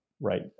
Right